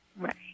Right